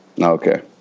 Okay